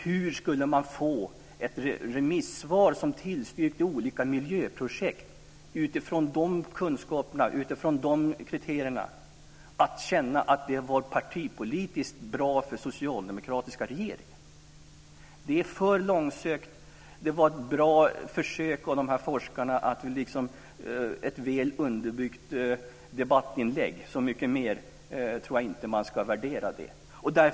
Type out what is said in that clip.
Hur skulle man känna att ett remissvar som tillstyrkte olika miljöprojekt utifrån sådana kunskaper och kriterier var partipolitiskt bra för den socialdemokratiska regeringen? Det är för långsökt. Det var ett väl underbyggt debattinlägg av de här forskarna. Så mycket mer tror jag inte att man ska värdera rapporten till.